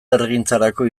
herrigintzarako